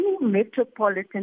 metropolitan